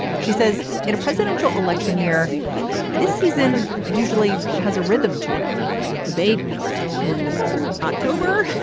she says in a presidential election year this season usually has a rhythm to it debate in october